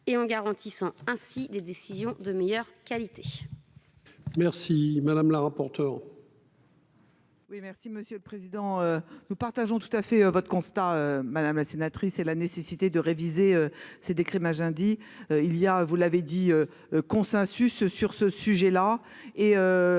et garantir ainsi des décisions de meilleure qualité.